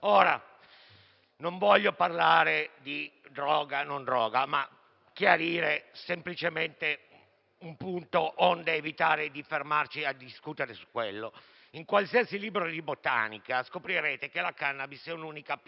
non voglio parlare di droga, ma chiarire semplicemente un punto, onde evitare di fermarci a discutere su questo. In qualsiasi libro di botanica scoprirete che la cannabis è un'unica pianta